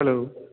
हूँ